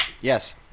Yes